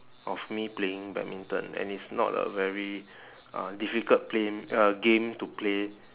of me playing badminton and it's not a very uh difficult plane uh game to play